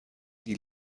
die